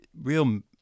real